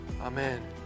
amen